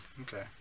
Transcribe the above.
okay